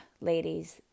ladies